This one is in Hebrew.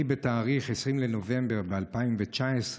אני בתאריך 20 בנובמבר 2019,